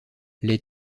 les